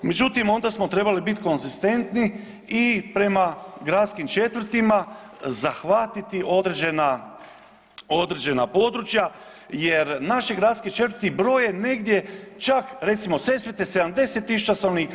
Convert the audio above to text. Međutim, onda smo trebali biti konzistentni i prema gradskim četvrtima zahvatiti određena područja, jer naše gradske četvrti broje negdje čak recimo Sesvete 70 000 stanovnika.